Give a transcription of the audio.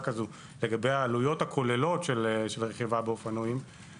כזו לגבי העלויות הכוללות של הרכיבה באופנועים,